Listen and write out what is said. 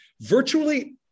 virtually